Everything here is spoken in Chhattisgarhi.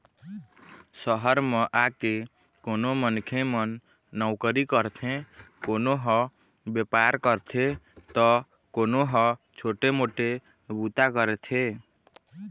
सहर म आके कोनो मनखे मन नउकरी करथे, कोनो ह बेपार करथे त कोनो ह छोटे मोटे बूता करथे